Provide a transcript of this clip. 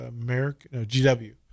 GW